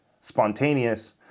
spontaneous